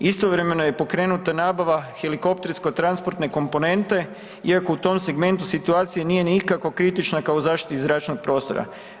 Istovremeno je pokrenuta nabava helikoptersko transportne komponente iako u tom segmentu situacija nije nikako kritična kao u zaštiti zračnog prostora.